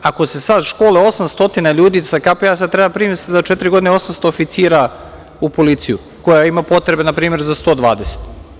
Ako se sada školuje 800 ljudi sa KP, i sada treba da se primi za četiri godine 800 oficira u policiju koja ima potrebe za, recimo, 120?